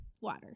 water